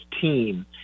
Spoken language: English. team